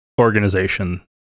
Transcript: organization